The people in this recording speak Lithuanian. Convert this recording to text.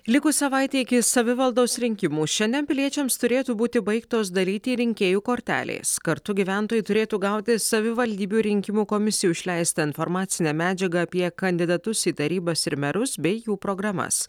likus savaitei iki savivaldos rinkimų šiandien piliečiams turėtų būti baigtos dalyti rinkėjų kortelės kartu gyventojai turėtų gauti savivaldybių rinkimų komisijų išleistą informacinę medžiagą apie kandidatus į tarybas ir merus bei jų programas